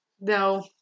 No